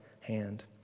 hand